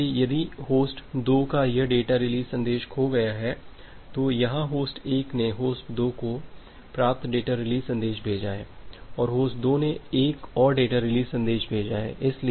इसलिए यदि होस्ट 2 का यह डेटा रिलीज़ संदेश खो गया है तो यहाँ होस्ट 1 ने होस्ट 2 को प्राप्त डेटा रिलीज़ संदेश भेजा है और होस्ट 2 ने एक और डेटा रिलीज़ संदेश भेजा है